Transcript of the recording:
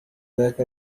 ذاك